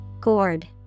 gourd